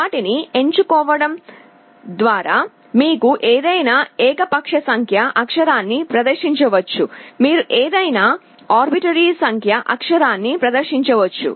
వాటిని ఎంచుకోవడం ద్వారా గ్లోఇంగ్ లేదా నాట్ గ్లోఇంగ్ ద్వారా మీరు ఏదైనా ఏకపక్ష సంఖ్యా అక్షరాన్ని ప్రదర్శించవచ్చు మీరు ఏదైనా ఆర్బిటరీ సంఖ్యా అక్షరాన్ని ప్రదర్శించవచ్చు